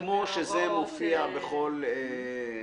כמו שזה מופיע בכל השאר.